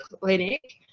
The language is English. clinic